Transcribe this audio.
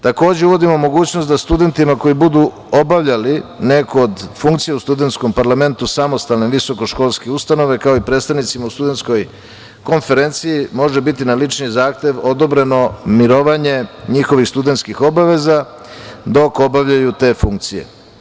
Takođe, uvodimo mogućnost studentima koji budu obavljali neku od funkcija u Studentskom parlamentu, samostalne visokoškolske ustanove, kao i predstavnicima u studentskoj konferenciji, može biti na lični zahtev odobreno mirovanje njihovih studentskih obaveza dok obavljaju te funkcije.